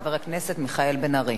חבר הכנסת מיכאל בן-ארי.